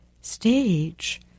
stage